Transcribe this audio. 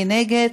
מי נגד?